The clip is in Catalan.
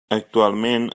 actualment